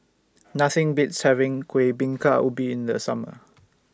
Nothing Beats having Kuih Bingka Ubi in The Summer